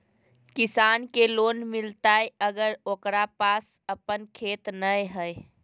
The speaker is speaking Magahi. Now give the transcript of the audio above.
किसान के लोन मिलताय अगर ओकरा पास अपन खेत नय है?